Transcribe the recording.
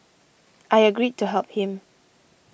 I agreed to help him